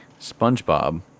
SpongeBob